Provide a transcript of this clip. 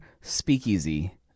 speakeasy